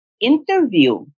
interview